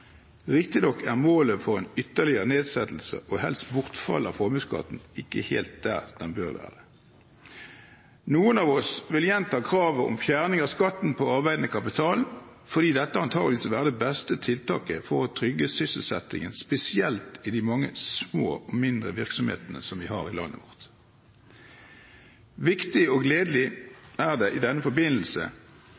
Riktignok er målet for en ytterligere nedsettelse og helst bortfall av formuesskatten ikke helt der det bør være. Noen av oss vil gjenta kravet om fjerning av skatten på arbeidende kapital, fordi dette antakeligvis vil være det beste tiltaket for å trygge sysselsettingen, spesielt i de mange små og mindre virksomhetene som vi har i landet vårt. Viktig og gledelig